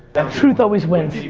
um truth always wins.